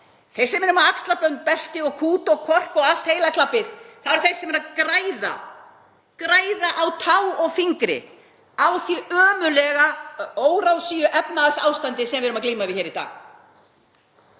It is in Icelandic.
Þeir sem eru með axlabönd, belti og kút og kork og allt heila klabbið, það eru þeir sem eru að græða á tá og fingri á því ömurlega óráðsíuefnahagsástandi sem við erum að glíma við hér í dag.